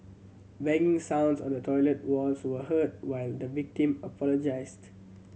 banging sounds on the toilet walls were heard while the victim apologised